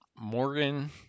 Morgan